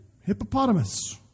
Hippopotamus